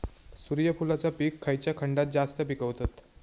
सूर्यफूलाचा पीक खयच्या खंडात जास्त पिकवतत?